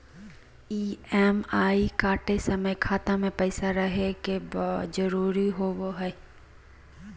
EMI कटे समय खाता मे पैसा रहे के जरूरी होवो हई